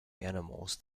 animals